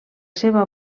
seva